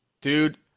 Dude